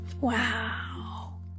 Wow